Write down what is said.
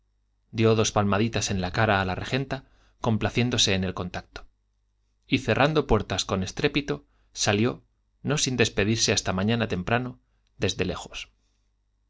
dio dos palmaditas en la cara a la regenta complaciéndose en el contacto y cerrando puertas con estrépito salió no sin despedirse hasta mañana temprano desde lejos